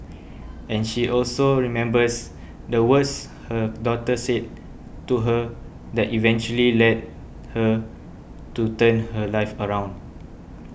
and she also remembers the words her daughter said to her that eventually led her to turn her life around